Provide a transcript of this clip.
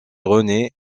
rené